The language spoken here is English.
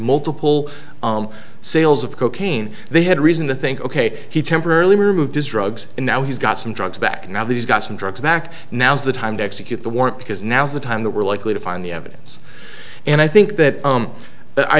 multiple sales of cocaine they had reason to think ok he temporarily removed his drugs and now he's got some drugs back now that he's got some drugs back now's the time to execute the warrant because now's the time that we're likely to find the evidence and i think that